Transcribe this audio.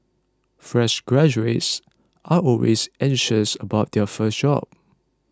fresh graduates are always anxious about their first job